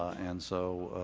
and so,